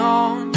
on